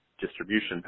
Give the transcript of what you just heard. distribution